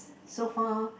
so far